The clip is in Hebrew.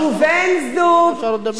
תהיה לך הזדמנות לדבר.